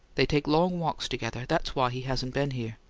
they take long walks together. that's why he hasn't been here.